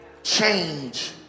Change